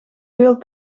veel